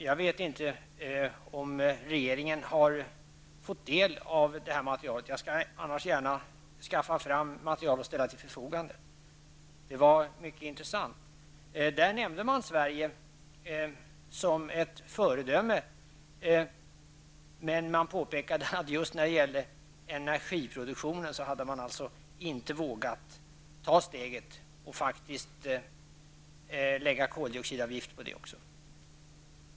Jag vet inte om regeringen har fått del av detta material. Annars skall jag gärna skaffa materialet och ställa det till förfogande. Det var mycket intressant. Där nämndes Sverige som ett föredöme. Men det påpekades att Sverige när det gällde energiproduktionen inte hade vågat ta steget att faktiskt lägga koldioxidavgift på utsläppen.